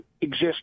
exist